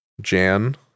Jan